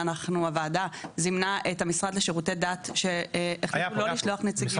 והוועדה זימנה את המשרד לשירותי דת שיכלו לשלוח נציגים.